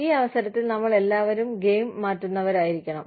ഈ അവസരത്തിൽ നമ്മൾ എല്ലാവരും ഗെയിം മാറ്റുന്നവരായിരിക്കണം